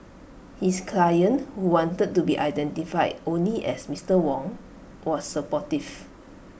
his client who wanted to be identified only as Mister Wong was supportive